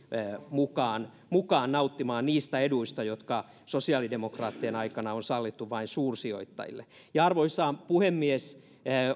mukaan mukaan nauttimaan niistä eduista jotka sosiaalidemokraattien aikana on sallittu vain suursijoittajille arvoisa puhemies